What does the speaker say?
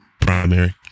Primary